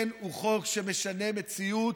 כן, הוא חוק שמשנה מציאות,